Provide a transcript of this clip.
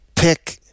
Pick